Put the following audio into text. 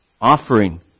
offering